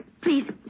Please